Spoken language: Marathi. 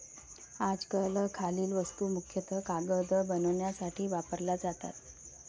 आजकाल खालील वस्तू मुख्यतः कागद बनवण्यासाठी वापरल्या जातात